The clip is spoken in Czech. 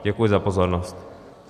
Děkuji za pozornost.